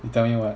you tell me what